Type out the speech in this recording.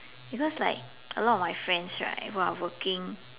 because like a lot of my friends right who are working